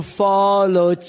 follow